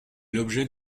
l’objet